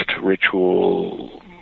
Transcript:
ritual